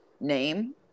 name